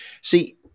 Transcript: See